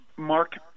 Mark